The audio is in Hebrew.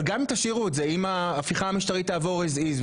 אבל גם תכירו את זה עם ההפיכה המשטרתית תעבור אז איז,